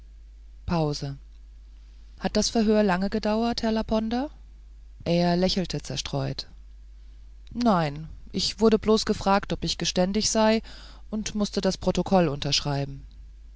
pause hat das verhör lange gedauert herr laponder er lächelte zerstreut nein ich wurde bloß gefragt ob ich geständig sei und mußte das protokoll unterschreiben